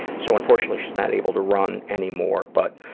so unfortunately she is not able to run anymore but